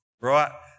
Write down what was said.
Right